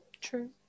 True